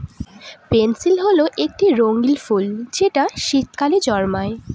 pansy হল একটি রঙ্গীন ফুল যেটা শীতকালে জন্মায়